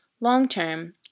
long-term